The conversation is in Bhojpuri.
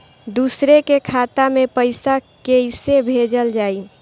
दूसरे के खाता में पइसा केइसे भेजल जाइ?